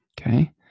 okay